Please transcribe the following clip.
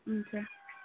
हुन्छ